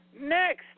next